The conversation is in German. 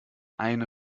eine